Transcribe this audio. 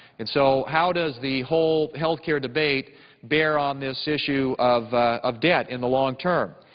and so how does the whole health care debate bear on this issue of of debt in the long term?